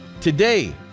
Today